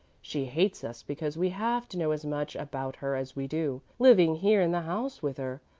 she hates us because we have to know as much about her as we do, living here in the house with her.